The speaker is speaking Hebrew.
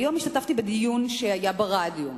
היום השתתפתי בדיון ברדיו.